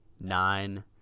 nine